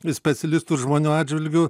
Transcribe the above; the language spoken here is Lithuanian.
ir specialistų ir žmonių atžvilgiu